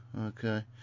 okay